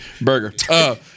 burger